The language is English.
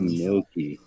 milky